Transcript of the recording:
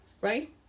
right